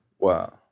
Wow